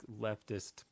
leftist